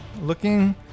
Looking